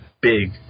big